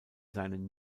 seinen